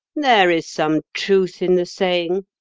there is some truth in the saying,